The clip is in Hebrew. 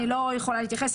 אני לא יכולה להתייחס.